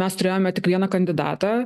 mes turėjome tik vieną kandidatą